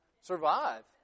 survive